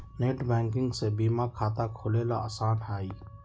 net banking से बीमा खाता खोलेला आसान हई